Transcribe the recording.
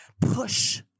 push